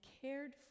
cared